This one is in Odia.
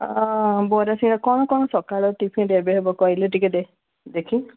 ବରା ସିଙ୍ଗଡା କ'ଣ କ'ଣ ସକାଳ ଟିଫିନ୍ରେ ଏବେ ହେବ କହିଲେ ଟିକେ ଦେଖି